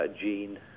gene